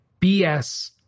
BS